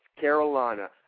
Carolina